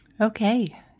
Okay